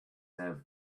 have